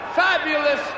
fabulous